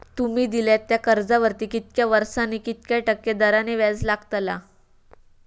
तुमि दिल्यात त्या कर्जावरती कितक्या वर्सानी कितक्या टक्के दराने व्याज लागतला?